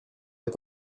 est